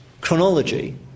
chronology